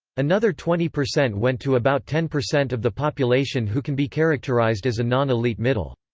another twenty percent went to about ten percent of the population who can be characterized as a non-elite middle.